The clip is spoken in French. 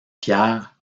pierre